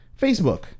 Facebook